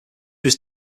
was